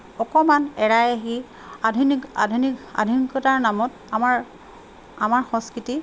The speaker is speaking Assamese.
অকণমান এৰাই আহি আধুনিক আধুনিক আধুনিকতাৰ নামত আমাৰ আমাৰ সংস্কৃতি